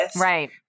right